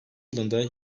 yılında